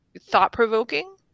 thought-provoking